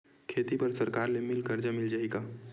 खेती बर सरकार ले मिल कर्जा मिल जाहि का?